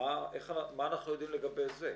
מה אנחנו יודעים לגבי זה?